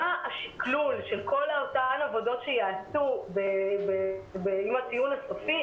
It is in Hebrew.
מה השקלול של כל אותן העבודות שייעשו עם הציון הסופי,